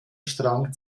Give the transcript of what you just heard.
strang